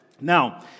Now